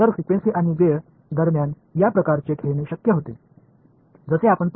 எனவே அதிர்வெண் மற்றும் நேரத்திற்கு இடையில் இந்த வகையான விளையாட்டு சாத்தியமாகும்